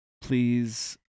Please